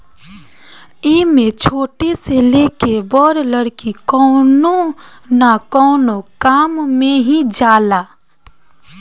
एमे छोट से लेके बड़ लकड़ी कवनो न कवनो काम मे ही जाला